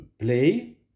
play